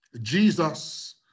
Jesus